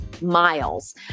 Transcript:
miles